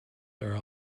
their